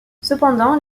cependant